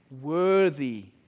worthy